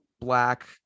black